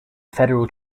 federal